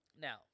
Now